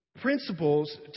principles